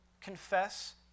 confess